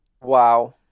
Wow